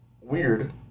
Weird